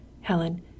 Helen